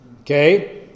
Okay